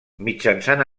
mitjançant